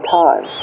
time